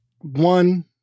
One